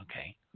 Okay